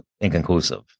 inconclusive